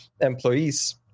employees